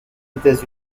états